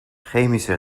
chemische